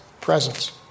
presence